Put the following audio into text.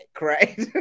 right